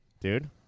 dude